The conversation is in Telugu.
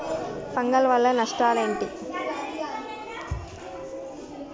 ఫంగల్ వల్ల కలిగే నష్టలేంటి?